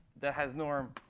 that has norm